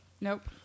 Nope